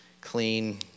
clean